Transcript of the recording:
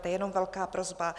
Jenom velká prosba.